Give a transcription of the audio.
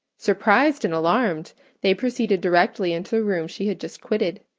surprised and alarmed they proceeded directly into the room she had just quitted,